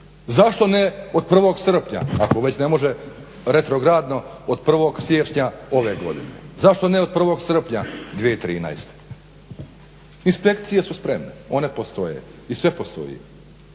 Zašto ne od 1. srpnja ako već ne može retrogradno od 1. siječnja ove godine? Zašto ne od 1. srpnja 2013. Inspekcije su spremne, one postoje i sve postoji.